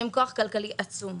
שהם כוח כלכלי עצום,